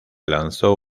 lanzó